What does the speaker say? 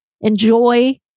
enjoy